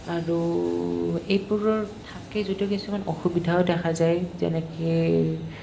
আৰু এইবোৰৰ থাকে যদিও কিছুমান অসুবিধাও দেখা যায় যেনেকৈ